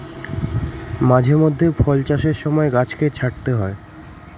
মাঝে মধ্যে ফল চাষের সময় গাছকে ছাঁটতে হয়